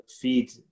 feed